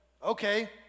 Okay